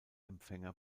empfänger